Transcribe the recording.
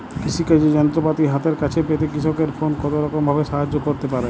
কৃষিকাজের যন্ত্রপাতি হাতের কাছে পেতে কৃষকের ফোন কত রকম ভাবে সাহায্য করতে পারে?